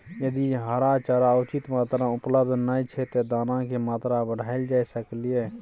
यदि हरा चारा उचित मात्रा में उपलब्ध नय छै ते दाना की मात्रा बढायल जा सकलिए?